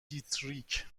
دیتریک